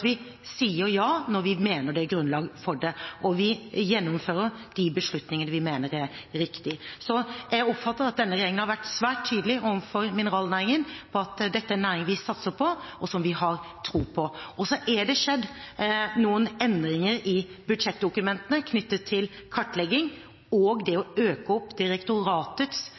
vi gjennomfører de beslutningene vi mener er riktige. Jeg oppfatter at denne regjeringen har vært svært tydelig overfor mineralnæringen på at dette er en næring vi satser på, og som vi har tro på. Så er det skjedd noen endringer i budsjettdokumentene knyttet til kartlegging og det å